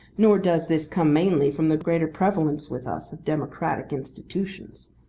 nor does this come mainly from the greater prevalence with us of democratic institutions.